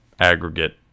aggregate